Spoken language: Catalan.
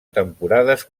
temporades